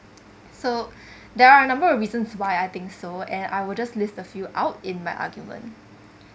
so there are number of reasons why I think so and I will just list a few out in my argument